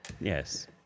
Yes